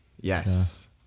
Yes